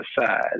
side